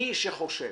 מי שחושב